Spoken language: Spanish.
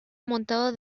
montado